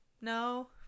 No